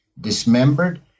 dismembered